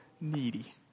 needy